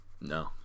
No